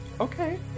okay